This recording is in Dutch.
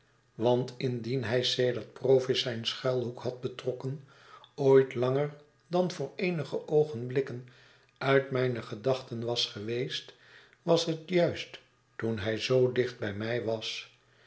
want indien hij sedert provis zijn schuiihoek had betrokken ooit langer dan voor eenige oogenblikken uit mijne gedachten was geweest was het juist toen hij zoo dicht bij mij was